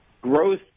Growth